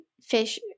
fish